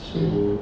mm